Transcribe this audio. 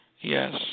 yes